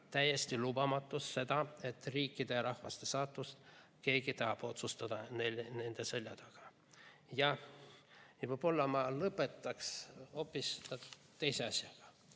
täiesti lubamatuks seda, et riikide ja rahvaste saatust tahab keegi otsustada nende selja taga. Jah, ja võib-olla ma lõpetaksin hoopis teise asjaga.